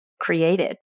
created